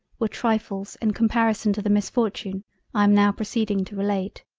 were trifles in comparison to the misfortune i am now proceeding to relate.